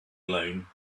alone